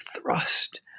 thrust